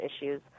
issues